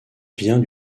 vient